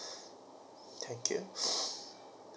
thank you